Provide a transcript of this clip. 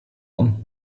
und